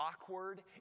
Awkward